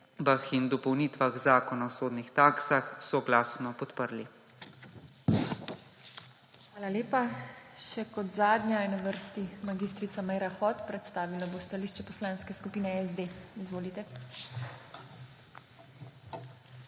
in dopolnitvah Zakona o sodnih taksah soglasno podprli.